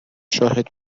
شاهد